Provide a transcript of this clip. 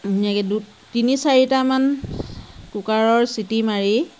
ধুনীয়াকৈ দু তিনি চাৰিটামান কুকাৰৰ চিটি মাৰি